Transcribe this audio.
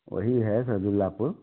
वही है शहदुल्लापुर